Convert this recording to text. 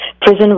Prison